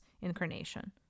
incarnation